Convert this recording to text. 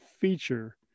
feature